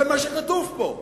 זה מה שכתוב פה.